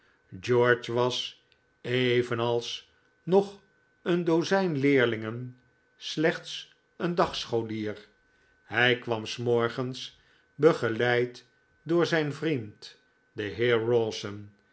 george was evenals nog een dozijn leerlingen slechts een dagscholier hij kwam s morgens begeleid door zijn vriend den heer rowson